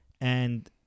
And-